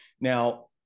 Now